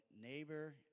neighbor